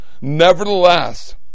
Nevertheless